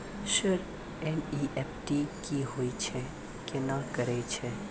Sir NEFT की होय छै, केना करे छै?